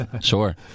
sure